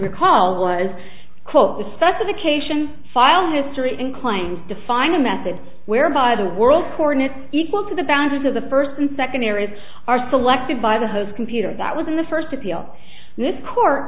recall was quote the specification file history inclined to find a method whereby the world coordinates equal to the boundaries of the first and second areas are selected by the host computer that was in the first appeal this court